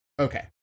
Okay